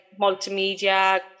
multimedia